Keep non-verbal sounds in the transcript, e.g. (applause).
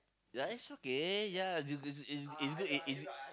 ya it's okay ya it's it's it's it's good it is (noise)